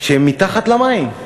כשהם מתחת למים?